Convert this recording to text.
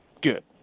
good